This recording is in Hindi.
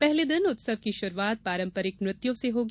पहले दिन उत्सव की शुरूआत पारम्परिक नृत्यों से होगी